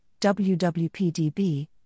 WWPDB